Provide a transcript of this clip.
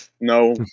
No